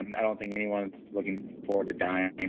and i don't think anyone's looking forward to dying. and